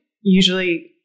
usually